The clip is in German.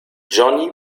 johnny